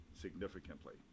significantly